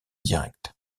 direct